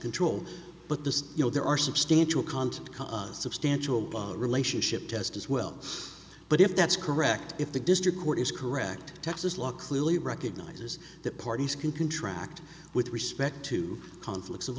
control but this you know there are substantial content substantial relationship test as well but if that's correct if the district court is correct texas law clearly recognizes that parties can contract with respect to conflicts of